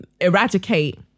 eradicate